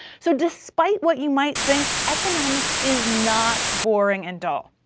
so despite what you might think, economics is not boring and dull.